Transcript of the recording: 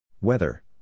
Weather